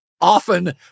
often